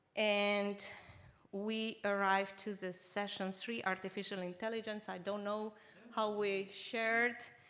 and we arrive to this session three, artificial intelligence. i don't know how we shared,